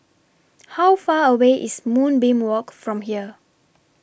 How Far away IS Moonbeam Walk from here